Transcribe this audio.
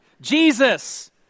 Jesus